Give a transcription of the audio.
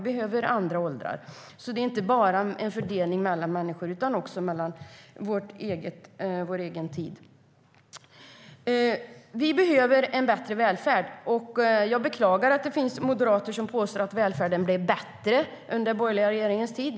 Det är alltså inte bara en fördelning mellan människor. Vi behöver en bättre välfärd. Jag beklagar att det finns moderater som påstår att välfärden blev bättre under den borgerliga regeringens tid.